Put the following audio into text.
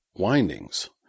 windings